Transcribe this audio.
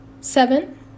Seven